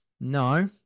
no